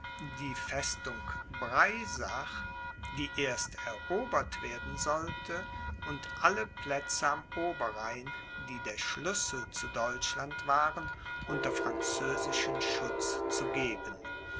die festung breisach die erst erobert werden sollte und alle plätze am oberrhein die der schlüssel zu deutschland waren unter französischen schutz zu geben